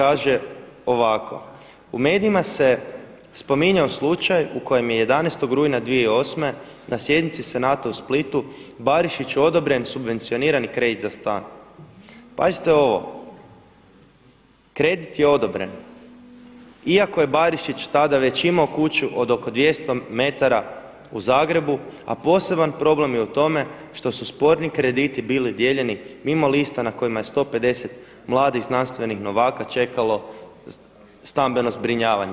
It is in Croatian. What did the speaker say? Kaže ovako: „U medijima se spominjao slučaj u kojem je 11. rujna 2008. na sjednici Senata u Splitu Barišiću odobren subvencionirani kredit za stan.“ Pazite ovo, kredit je odobren iako je Barišić već tada imao kuću od oko 200 metara u Zagrebu, a poseban problem je u tome što su sporni krediti bili dijeljeni mimo lista na kojima je 150 mladih znanstvenih novaka čekalo stambeno zbrinjavanje.